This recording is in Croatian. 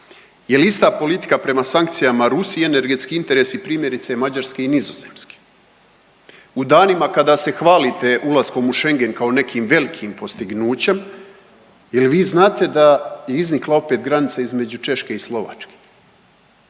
Je li ista politika prema sankcijama Rusije i energetski interesi primjerice Mađarske i Nizozemske? U danima kada se hvalite ulaskom u Schengen kao nekim velikim postignućem, jel vi znate da je iznikla opet granica između Češke i Slovačke